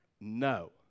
No